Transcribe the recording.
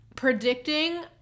predicting